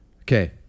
Okay